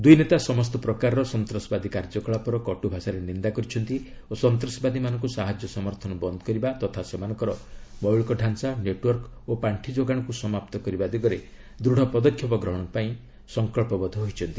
ଦୁଇନେତା ସମସ୍ତ ପ୍ରକାରର ସନ୍ତାସବାଦୀ କାର୍ଯ୍ୟକଳାପର କଟୁଭାଷାରେ ନିନ୍ଦା କରିଛନ୍ତି ଓ ସନ୍ତାସବାଦୀ ମାନଙ୍କୁ ସାହାଯ୍ୟ ସମର୍ଥନ ବନ୍ଦ କରିବା ତଥା ସେମାଙ୍କର ମୌଳିକ ଢ଼ାଞ୍ଚା ନେଟୱର୍କ ଓ ପାର୍ଷି ଯୋଗାଣକୁ ସମାପ୍ତ କରିବା ଦିଗରେ ଦୃଢ଼ ପଦକ୍ଷେପ ଗ୍ରହଣ କରିବା ପାଇଁ ସଙ୍କଚ୍ଚବଦ୍ଧ ହୋଇଛନ୍ତି